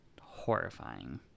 horrifying